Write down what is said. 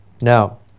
Now